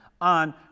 on